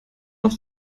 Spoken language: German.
auf